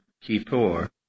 kippur